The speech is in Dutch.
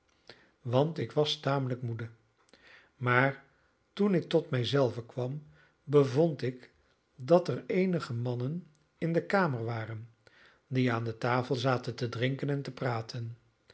want ik was tamelijk moede maar toen ik tot mij zelven kwam bevond ik dat er eenige mannen in de kamer waren die aan de tafel zaten te drinken en te praten